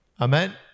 Amen